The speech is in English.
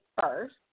first